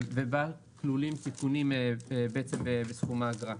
ובה כלולים תיקונים בסכום האגרה.